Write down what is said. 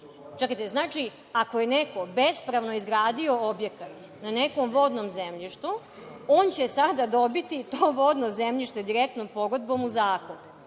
Čekajte, znači ako je neko bespravno izgradio objekat na nekom vodnom zemljištu, on će sada dobiti to vodno zemljište direktnom pogodbom u zakup?